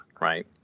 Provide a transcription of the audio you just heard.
right